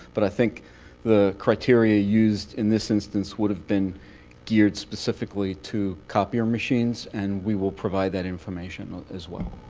but i think the criteria used in this instance would have been geared specifically to copier machines. and we will provide that information as well.